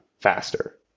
faster